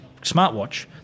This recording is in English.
smartwatch